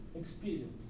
experience